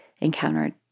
encountered